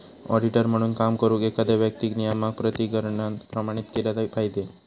auditor म्हणून काम करुक, एखाद्या व्यक्तीक नियामक प्राधिकरणान प्रमाणित केला पाहिजे